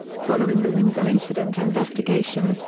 following the windsor incident investigation,